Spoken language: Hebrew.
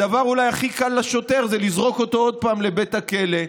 הדבר אולי הכי קל לשוטר זה לזרוק אותו עוד פעם לבית הכלא,